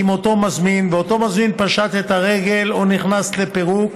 מזמין, ושאותו מזמין פשט את הרגל או נכנס לפירוק,